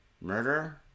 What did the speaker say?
Murder